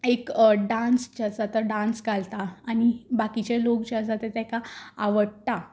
एक डान्स जो आसा तो डान्स घालता आनी बाकीचे लोक जे आसा ते तेका आवडटा ते